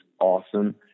awesome